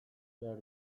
behar